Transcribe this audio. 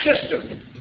system